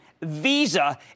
Visa